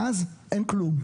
ואז אין כלום.